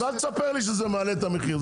אל תספר לי שזה מעלה את המחיר,